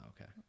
okay